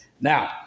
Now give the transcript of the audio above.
Now